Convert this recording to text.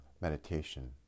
meditation